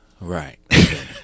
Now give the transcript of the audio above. Right